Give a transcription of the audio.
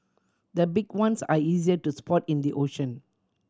the big ones are easier to spot in the ocean